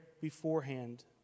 beforehand